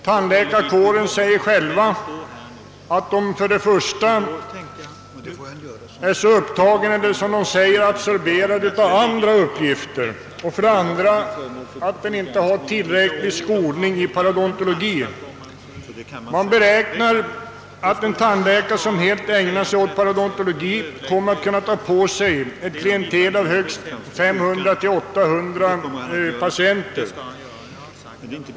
Tandläkarkåren förklarar själv för det första att tandläkarna är absorberade av andra uppgifter och för det andra att tandläkarna inte har tillräcklig skolning i parodontologi. Det beräknas att en tandläkare, som helt ägnar sig åt parodontologi, kommer att kunna åtaga sig behandling av mellan 500 och 800 patienter per år.